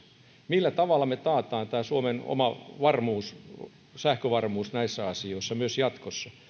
millä tavalla me takaamme suomen oman sähkövarmuuden näissä asioissa myös jatkossa